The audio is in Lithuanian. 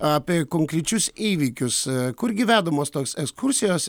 apie konkrečius įvykius kur gi vedamos tos ekskursijos